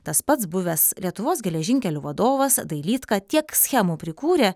tas pats buvęs lietuvos geležinkelių vadovas dailydka tiek schemų prikūrė